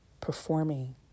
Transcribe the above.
performing